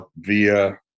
via